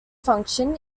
function